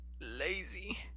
lazy